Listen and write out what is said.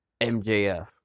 MJF